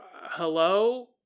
Hello